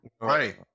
Right